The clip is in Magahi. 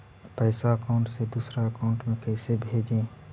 पैसा अकाउंट से दूसरा अकाउंट में कैसे भेजे?